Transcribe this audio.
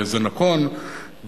זה נכון,